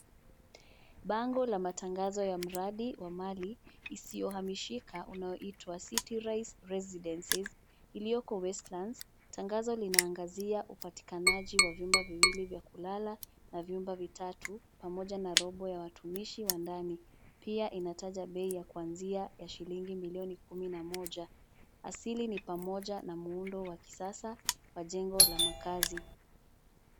Bango la matangazo ya mradi wa mali isiyohamishika unaoitwa city rais residences iliyoko Westlands tangazo linaangazia upatikanaji wa vyumba viwili vya kulala na vyumba vitatu pamoja na robo ya watumishi wa ndani. Pia inataja bei ya kuanzia ya shilingi milioni kumi na moja. Asili ni pamoja na muundo wa kisasa wa jengo la makazi.